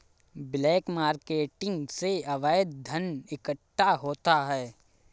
black marketing से अवैध धन इकट्ठा होता है